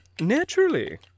Naturally